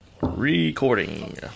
recording